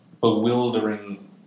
bewildering